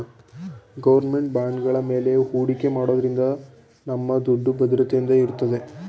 government ಬಾಂಡ್ಗಳ ಮೇಲೆ ಹೂಡಿಕೆ ಮಾಡೋದ್ರಿಂದ ನಮ್ಮ ದುಡ್ಡು ಭದ್ರತೆಯಿಂದ ಇರುತ್ತೆ